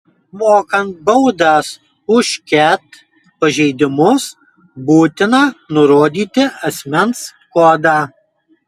mokant baudas už ket pažeidimus būtina nurodyti asmens kodą